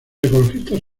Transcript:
ecologistas